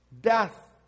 Death